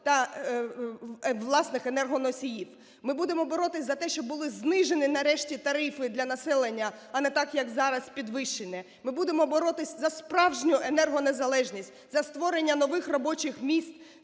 та власних енергоносіїв. Ми будемо боротися за те, щоб були знижені, нарешті, тарифи для населення, а не так як зараз підвищені. Ми будемо боротися за справжню енергонезалежність, за створення нових робочих місць,